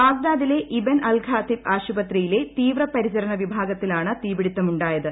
ബാഗ്ദാദിലെ Ibn al Khatib ആശുപത്രിയിലെ തീവ്ര പരിചരണ വിഭാഗത്തിലാണ് തീപിടുത്തമുണ്ടായത്